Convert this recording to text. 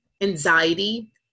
anxiety